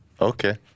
Okay